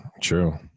true